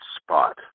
spot